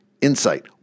insight